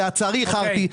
לצערי, איחרתי.